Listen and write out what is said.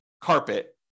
carpet